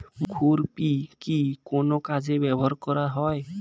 খুরপি কি কোন কাজে ব্যবহার করা হয়?